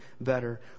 better